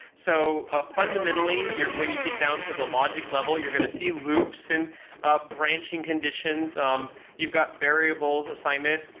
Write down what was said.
so ah fundamentally, when you get down to the logic level, you're going to see loops and ah branching conditions. um you've got variables assignment.